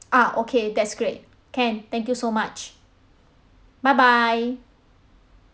ah okay that's great can thank you so much bye bye